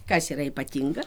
kas yra ypatinga